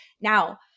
now